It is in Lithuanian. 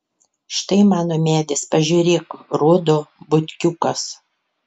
štai mano medis pažiūrėk rodo butkiukas